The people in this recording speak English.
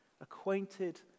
acquainted